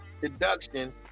deduction